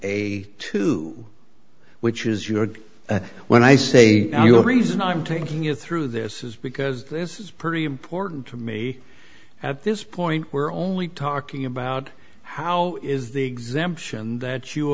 a two which is you had when i say your reason i'm taking it through this is because this is pretty important to me at this point we're only talking about how is the exemption that you